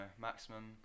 maximum